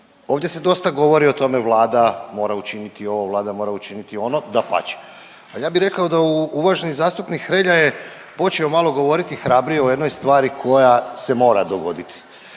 Ovdje se dosta govori o tome Vlada mora učiniti ovo, Vlada mora učiniti ono, dapače. Ali ja bih rekao da uvaženi zastupnik Hrelja je počeo malo govoriti hrabrije o jednoj stvari koja se mora dogoditi.